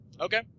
Okay